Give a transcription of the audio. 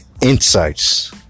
insights